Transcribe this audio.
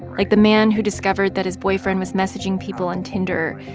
like the man who discovered that his boyfriend was messaging people on tinder,